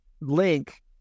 link